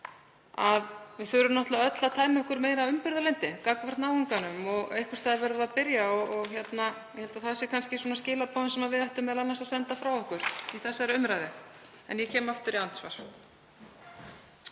þá þurfum við náttúrlega öll að temja okkur meira umburðarlyndi gagnvart náunganum og einhvers staðar verður að byrja. Ég held að það séu kannski skilaboðin sem við ættum m.a. að senda frá okkur í þessari umræðu, en ég kem aftur í andsvar.